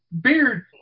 beard